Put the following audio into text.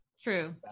True